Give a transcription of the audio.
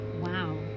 wow